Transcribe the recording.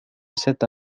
cette